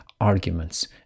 arguments